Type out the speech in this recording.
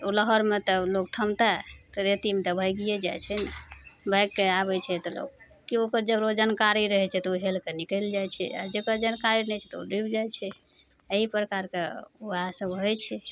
ओ लहरमे तऽ लोग थमतय तऽ रेतीमे तऽ भागिये जाइ छै ने भागिके आबय छै तऽ लोग केओ ककरो जानकारी रहय छै तऽ ओ हेलकऽ निकलि जाइ छै आओर जकर जानकारी नहि छै तऽ ओ डुबि जाइ छै एहि प्रकारके उएहे सभ होइ छै